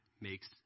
makes